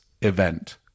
event